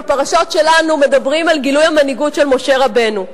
בפרשות שלנו מדברים על גילוי המנהיגות של משה רבנו.